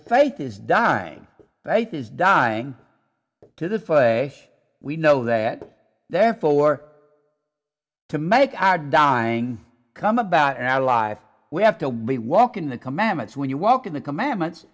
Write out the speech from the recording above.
is dying it is dying to the we know that therefore to make our dying come about and i live we have to we walk in the commandments when you walk in the commandments